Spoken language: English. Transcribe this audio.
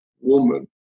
woman